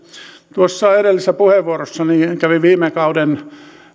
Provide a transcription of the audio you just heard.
tuossa edellisessä puheenvuorossani kävin viime kauden